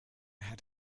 had